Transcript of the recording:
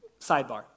sidebar